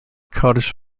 cottage